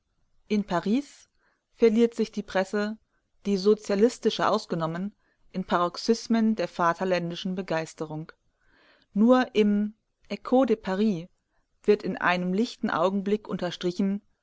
in paris verliert sich die presse die sozialistische ausgenommen in paroxysmen der vaterländischen begeisterung nur im echo de paris wird in einem lichten augenblick unterstrichen